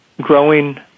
growing